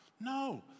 No